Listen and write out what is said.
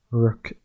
rook